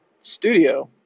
Studio